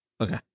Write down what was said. Okay